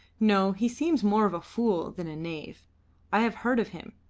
no, he seems more of a fool than a knave i have heard of him,